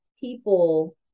people